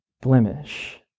blemish